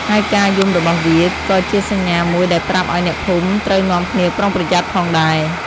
ហើយការយំរបស់វាក៏ជាសញ្ញាមួយដែលប្រាប់ឲ្យអ្នកភូមិត្រូវនាំគ្នាប្រុងប្រយ័ត្នផងដែរ។